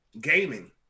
gaming